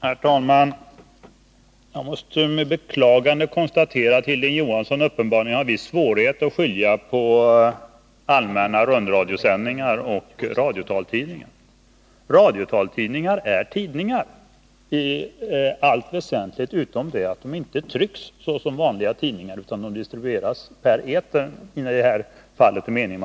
Herr talman! Jag måste med beklagande konstatera att Hilding Johansson uppenbarligen har viss svårighet att skilja på allmänna rundradiosändningar och radiotaltidningar. Radiotaltidningar är tidningar i allt väsentligt utom i det avseendet att de inte trycks såsom vanliga tidningar utan distribueras genom etern.